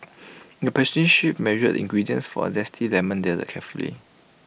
the pastry chef measured the ingredients for A Zesty Lemon Dessert carefully